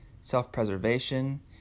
self-preservation